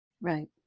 Right